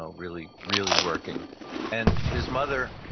ah really really working and his mother,